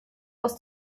aus